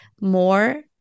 more